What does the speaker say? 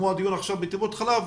כמו הדיון עכשיו בטיפות החלב,